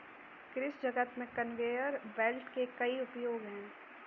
कृषि जगत में कन्वेयर बेल्ट के कई उपयोग हैं